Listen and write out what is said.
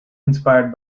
inspired